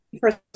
First